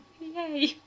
Yay